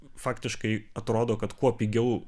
faktiškai atrodo kad kuo pigiau